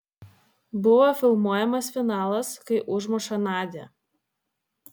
buvo filmuojamas finalas kai užmuša nadią